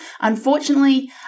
Unfortunately